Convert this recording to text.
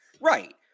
Right